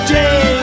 day